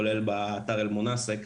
כולל באתר אל-מונסק,